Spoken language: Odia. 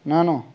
ନାଇଁନ